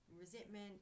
resentment